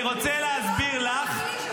אני רוצה להסביר לך,